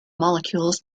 molecules